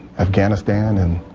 afghanistan and